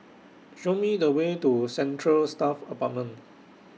Show Me The Way to Central Staff Apartment